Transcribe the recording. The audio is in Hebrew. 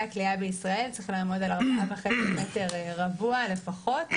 הכליאה בישראל צריך לעמוד על 4.5 מ"ר לפחות,